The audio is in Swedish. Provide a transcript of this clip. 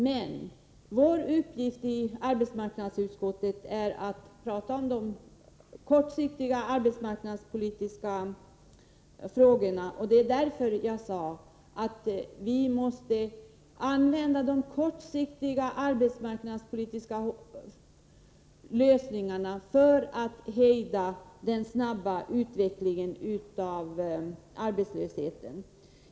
Men vår uppgift i arbetsmarknadsutskottet är att tala om de kortsiktiga arbetsmarknadspolitiska frågorna. Därför sade jag också att man måste använda de kortsiktiga arbetsmarknadspolitiska lösningarna för att hejda arbetslöshetens snabba ökning.